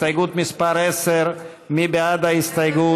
הסתייגות מס' 10. מי בעד ההסתייגות?